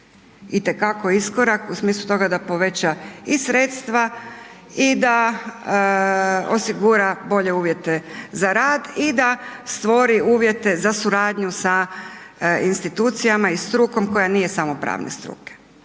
i te kako iskorak u smislu toga da poveća i sredstva i da osigura boje uvjete za rad i da stvori uvjete za suradnju sa institucijama i strukom koja nije samo pravne struke.